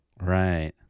Right